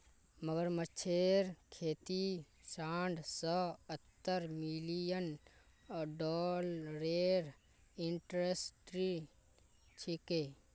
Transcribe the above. मगरमच्छेर खेती साठ स सत्तर मिलियन डॉलरेर इंडस्ट्री छिके